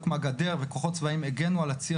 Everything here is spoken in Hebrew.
הוקמה גדר וכוחות צבאים הגנו על הציר